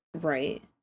right